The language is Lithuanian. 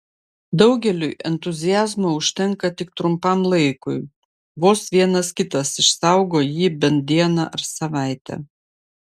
daugeliui entuziazmo užtenka tik trumpam laikui vos vienas kitas išsaugo jį bent dieną ar savaitę